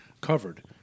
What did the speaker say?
covered